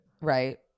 Right